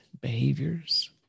behaviors